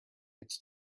it’s